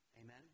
Amen